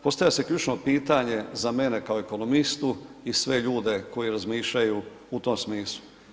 Postavlja se ključno pitanje, za mene kao ekonomistu i sve ljude koji razmišljaju u tom smislu.